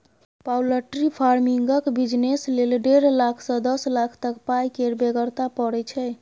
poultry फार्मिंगक business लेल डेढ़ लाख सँ दस लाख तक पाइ केर बेगरता परय छै